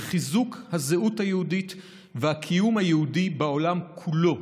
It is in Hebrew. לחיזוק הזהות היהודית והקיום היהודי בעולם כולו,